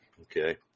Okay